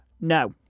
No